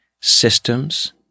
systems